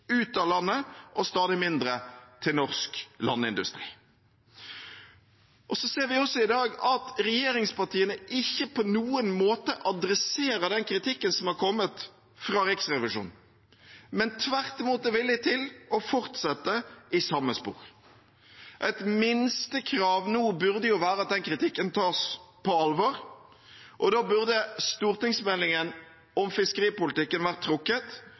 av landet og stadig mindre til norsk landindustri. Vi ser også i dag at regjeringspartiene ikke på noen måte adresserer den kritikken som har kommet fra Riksrevisjonen, men tvert imot er villige til å fortsette i samme spor. Et minstekrav nå burde jo være at den kritikken ble tatt på alvor, og da burde stortingsmeldingen om fiskeripolitikken vært trukket